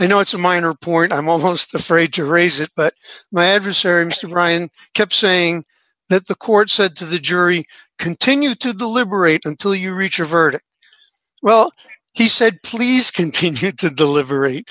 know it's a minor point i'm almost afraid to raise it but my adversary mr ryan kept saying that the court said to the jury continue to deliberate until you reach a verdict well he said please continue to deliver